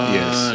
Yes